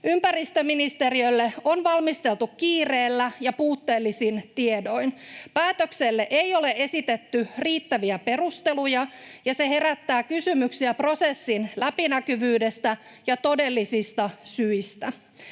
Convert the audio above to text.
ympäristöministeriölle on valmisteltu kiireellä ja puutteellisin tiedoin. Päätökselle ei ole esitetty riittäviä perusteluja, ja se herättää kysymyksiä prosessin läpinäkyvyydestä ja todellisista syistä.